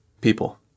people